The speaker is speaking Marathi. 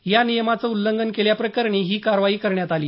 या नियमाचं उल्लंघन केल्याप्रकरणी ही कारवाई करण्यात आली